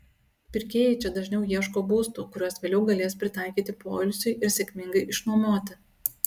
pirkėjai čia dažniau ieško būstų kuriuos vėliau galės pritaikyti poilsiui ir sėkmingai išnuomoti